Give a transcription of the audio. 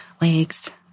Legs